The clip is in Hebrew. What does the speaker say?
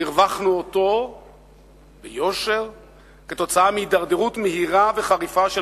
הרווחנו אותו ביושר בהידרדרות מהירה וחריפה של